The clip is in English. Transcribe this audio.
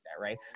right